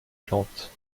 plantes